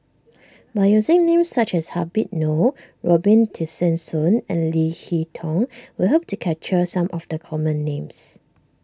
by using names such as Habib Noh Robin Tessensohn and Leo Hee Tong we hope to capture some of the common names